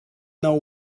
know